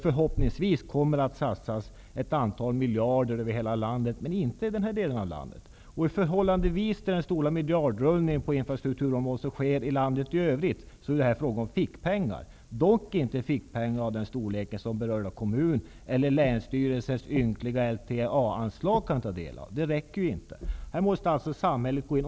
Förhoppningsvis kommer det att satsas ett antal miljarder över hela landet. Men det gäller inte den norra delen av landet. I förhållande till den stora miljardrullning som sker på infrastrukturområdet i övrigt är det fråga om fickpengar, dock inte fickpengar i den storleksordningen att berörd kommun kan ta del av dem eller att länsstyrelsen kan få de ynkliga LTA-anslagen. Det räcker inte. Här måste samhället gå in.